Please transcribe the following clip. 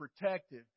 protective